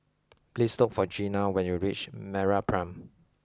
please look for Gina when you reach MeraPrime